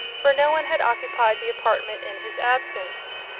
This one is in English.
for no one had occupied the apartment in his absence.